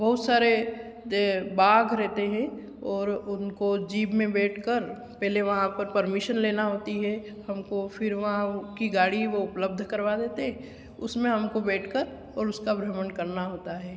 बहुत सारे जो बाघ रहते हें और उनको जीप में बैठकर पहले वहाँ पर परमीशन लेना होती है हमको फिर वहाँ उनकी गाड़ी वो उपलब्ध करवा देते है उसमें हमको बैठकर और उसका भ्रमण करना होता है